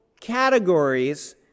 categories